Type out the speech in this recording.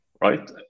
right